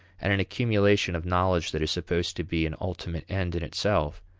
and an accumulation of knowledge that is supposed to be an ultimate end in itself,